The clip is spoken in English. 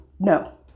No